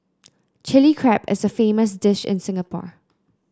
Chilli Crab is a famous dish in Singapore